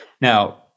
Now